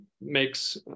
makes